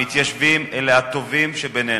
המתיישבים אלה הטובים שבינינו,